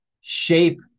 shape